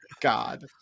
god